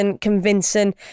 convincing